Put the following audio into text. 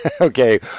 Okay